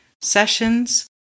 sessions